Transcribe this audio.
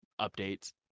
updates